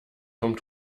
kommt